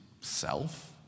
self